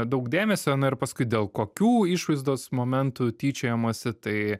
daug dėmesio na ir paskui dėl kokių išvaizdos momentų tyčiojamasi tai